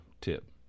tip